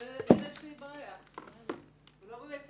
יש לי בעיה עם הילד, הוא לא בבית ספר.